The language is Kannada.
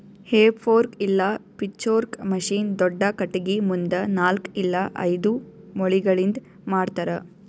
ಹೇ ಫೋರ್ಕ್ ಇಲ್ಲ ಪಿಚ್ಫೊರ್ಕ್ ಮಷೀನ್ ದೊಡ್ದ ಖಟಗಿ ಮುಂದ ನಾಲ್ಕ್ ಇಲ್ಲ ಐದು ಮೊಳಿಗಳಿಂದ್ ಮಾಡ್ತರ